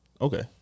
Okay